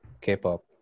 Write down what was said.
K-pop